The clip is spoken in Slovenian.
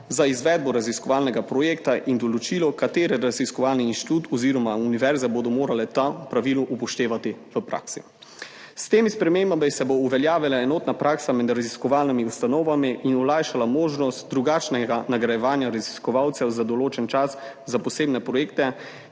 za izvedbo raziskovalnega projekta, in določilo, kateri raziskovalni inštitut oziroma univerze bodo morale to pravilo upoštevati v praksi. S temi spremembami se bo uveljavila enotna praksa med raziskovalnimi ustanovami in olajšala možnost drugačnega nagrajevanja raziskovalcev za določen čas za posebne projekte,